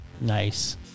Nice